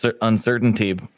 uncertainty